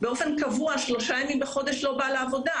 באופן קבוע שלושה ימים בחודש לא מגיע לעבודה,